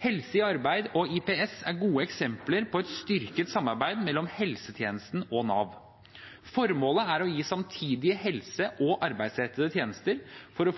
IPS, er gode eksempler på et styrket samarbeid mellom helsetjenesten og Nav. Formålet er å gi samtidige helsetjenester og arbeidsrettede tjenester for å